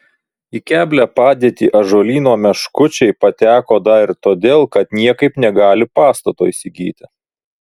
į keblią padėtį ąžuolyno meškučiai pateko dar ir todėl kad niekaip negali pastato įsigyti